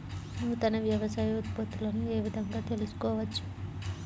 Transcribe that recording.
నూతన వ్యవసాయ ఉత్పత్తులను ఏ విధంగా తెలుసుకోవచ్చు?